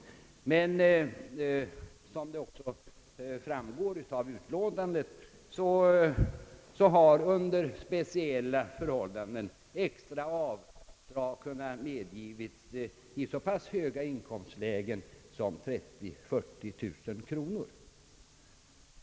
Dessutom har, såsom även framgår av betänkandet extra avdrag under speciella förhållanden kunnat medges i så pass höga inkomstlägen som 30 000 å 40 000 kronor.